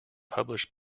published